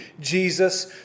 Jesus